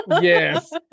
Yes